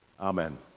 Amen